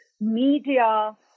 media